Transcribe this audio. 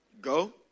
Go